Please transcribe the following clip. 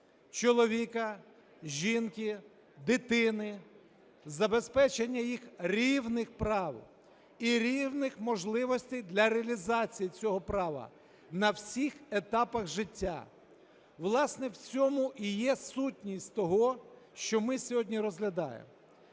чоловіка, жінки, дитини, забезпечення їх рівних прав і рівних можливостей для реалізації цього права на всіх етапах життя. Власне, в цьому і є сутність того, що ми сьогодні розглядаємо.